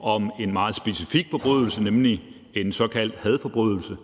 om en meget specifik forbrydelse, nemlig en såkaldt hadforbrydelse.